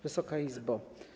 Wysoka Izbo!